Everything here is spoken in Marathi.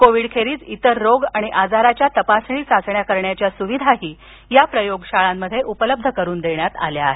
कोविडखेरीज इतर रोग आणि आजाराच्या तपासणी चाचण्या करण्याच्या सुविधाही या प्रयोगशाळांमध्ये उपलब्ध करून देण्यात आल्या आहेत